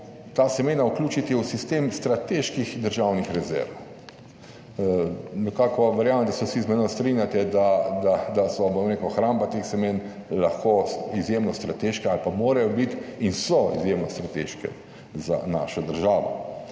ta semena vključiti v sistem strateških državnih rezerv, nekako verjamem, da se vsi z mano strinjate, da so, bom rekel, hramba teh semen lahko izjemno strateška ali pa morajo biti in so izjemno strateške za našo državo,